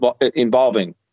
involving